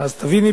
אז תביני,